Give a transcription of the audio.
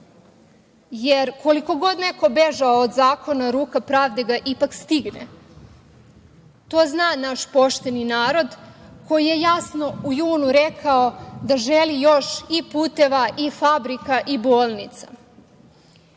jer koliko god neko bežao od zakona, ruka pravde ga ipak stigne. To zna naš pošteni narod, koji je jasno u junu rekao da želi još i puteva i fabrika i bolnica.